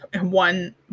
one